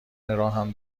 راهم